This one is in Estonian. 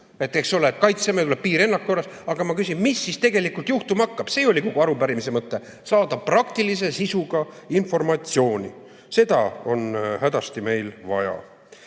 eks ole, et kaitseme ja tuleb piir ennakkorras, aga ma küsin, mis siis tegelikult juhtuma hakkab. See oli kogu arupärimise mõte: saada praktilise sisuga informatsiooni. Seda on meil